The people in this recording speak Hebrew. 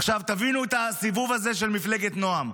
עכשיו, תבינו את הסיבוב הזה של מפלגת נעם.